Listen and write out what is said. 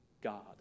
God